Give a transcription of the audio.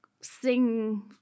sing